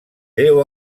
déu